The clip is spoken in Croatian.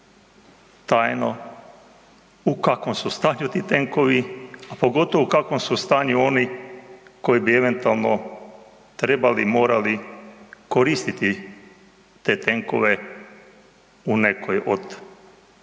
tajno u kakvom stanju ti tenkovi, a pogotovo u kakvom su stanju oni koji bi eventualno trebali, morali koristiti te tenkove u nekoj od